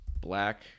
Black